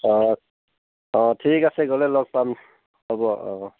অ' অ' ঠিক আছে গ'লে লগ পাম হ'ব অ'